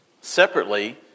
separately